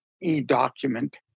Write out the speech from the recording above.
e-document